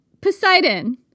Poseidon